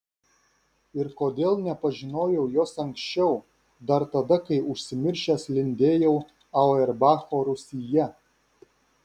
ir kodėl nepažinojau jos anksčiau dar tada kai užsimiršęs lindėjau auerbacho rūsyje